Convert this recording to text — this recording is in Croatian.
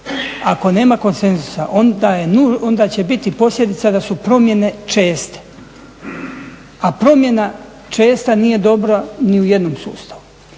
ako nema konsenzusa onda će biti posljedica da su promjene česte. A promjena česta nije dobra ni u jednom sustavu.